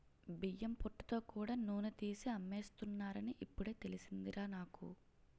బియ్యం పొట్టుతో కూడా నూనె తీసి అమ్మేస్తున్నారని ఇప్పుడే తెలిసిందిరా నాకు